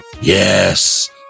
Yes